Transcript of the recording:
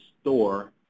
store